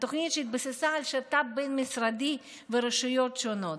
תוכנית שהתבססה על שת"פ בין-משרדי ורשויות שונות,